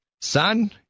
Son